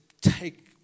take